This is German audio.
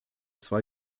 zwei